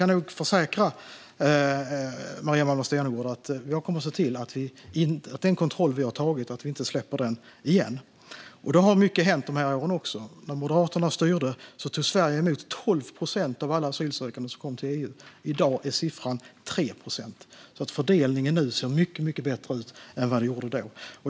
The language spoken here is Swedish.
Jag kan försäkra Maria Malmer Stenergard om att jag kommer se till att vi inte släpper den kontroll vi har tagit. Mycket har också hänt under de här åren; när Moderaterna styrde tog Sverige emot 12 procent av alla asylsökande som kom till EU, och i dag är siffran 3 procent. Fördelningen ser alltså mycket bättre ut än vad den gjorde då.